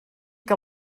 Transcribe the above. que